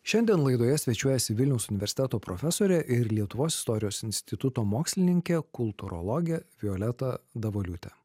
šiandien laidoje svečiuojasi vilniaus universiteto profesorė ir lietuvos istorijos instituto mokslininkė kultūrologė violeta davoliūtė